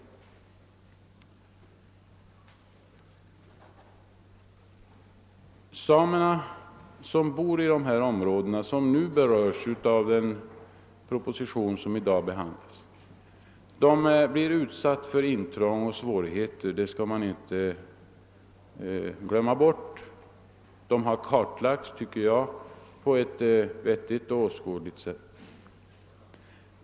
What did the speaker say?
De samer som bor i de områden vilka berörs av den proposition som i dag behandlas blir utsatta för intrång och svårigheter. Det skall man inte glömma bort. Det har klarlagts, tycker jag, på ett vettigt och åskådligt sätt.